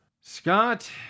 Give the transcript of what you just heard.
Scott